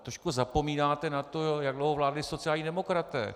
Trošku zapomínáte na to, jak dlouho vládli sociální demokraté.